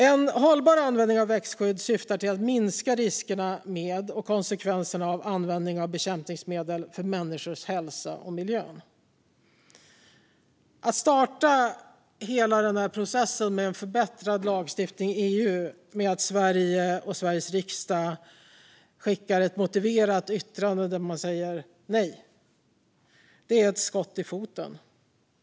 En hållbar användning av växtskydd syftar till att minska riskerna med och konsekvenserna av användning av bekämpningsmedel för människors hälsa och för miljön. Att starta hela processen för en förbättrad lagstiftning i EU med att vi i Sverige - och Sveriges riksdag - skickar ett motiverat yttrande där vi säger nej är ett skott i foten.